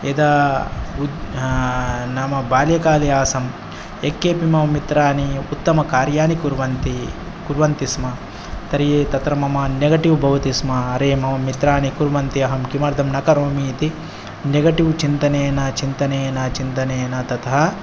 यदा उद् नाम बाल्यकाले आसम् यः केऽपि मम मित्राणि उत्तमकार्याणि कुर्वन्ति कुर्वन्ति स्म तर्हि तत्र मम नेगटिव् भवति स्म अरे मम मित्राणि कुर्वन्ति अहं किमर्थं न करोमि इति नेगटिव् चिन्तनेन चिन्तनेन चिन्तनेन तथा